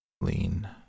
lean